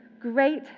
Great